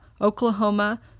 Oklahoma